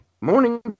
Morning